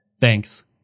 Thanks